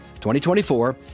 2024